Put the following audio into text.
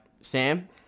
Sam